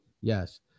Yes